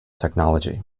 technology